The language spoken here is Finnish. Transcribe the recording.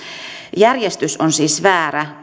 järjestys on siis väärä